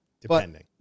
Depending